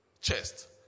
chest